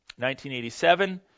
1987